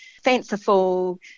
fanciful